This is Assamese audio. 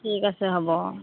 ঠিক আছে হ'ব অঁ